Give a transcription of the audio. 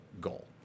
goal